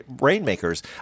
rainmakers